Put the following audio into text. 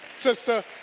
sister